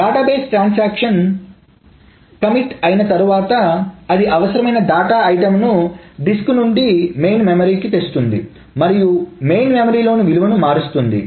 database transaction commit అయినా తరువాత అది అవసరమైన డేటా ఐటెం ను డిస్క్ నుండి మెయిన్ మెమరీ కి తెస్తుంది మరియు మెయిన్ మెమరీ లోని విలువను మారుస్తుంది